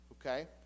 Okay